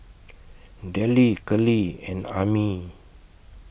Dellie Keli and Ami